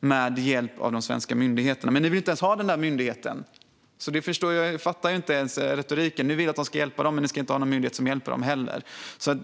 med hjälp av svenska myndigheter. Ni vill inte ha någon sådan myndighet. Och då fattar jag inte er retorik. Ni vill att de ska få hjälp, men ni vill inte ha någon myndighet som hjälper dem.